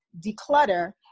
declutter